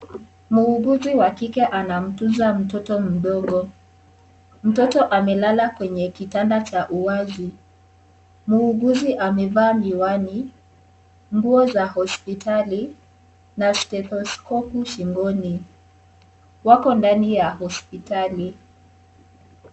Muuguzi wa kike anamtunza mtoto mdogo, mtoto amelala kwenye kitanda cha uwazi, muuguzi amevaa miwani, nguo za hospitali na stethoskopu shingoni, wako ndani ya hospitali.